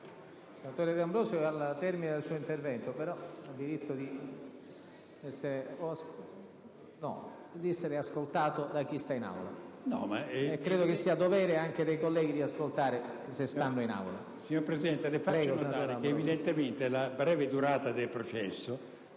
Il senatore D'Ambrosio è al termine del suo intervento, ma ha il diritto di essere ascoltato da chi sta in Aula e credo sia dovere dei colleghi di ascoltare. D'AMBROSIO *(PD)*. Signor Presidente, le faccio notare che evidentemente la breve durata del processo